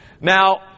Now